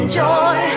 joy